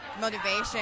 motivation